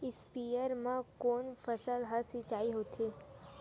स्पीयर म कोन फसल के सिंचाई होथे?